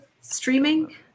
streaming